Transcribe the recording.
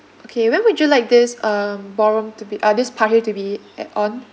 okay when would you like this um ballroom to be uh this party to be add on